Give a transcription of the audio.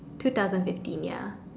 two thousand fifteen ya